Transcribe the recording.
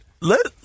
Let